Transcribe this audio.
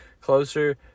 Closer